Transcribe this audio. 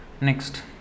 Next